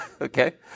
okay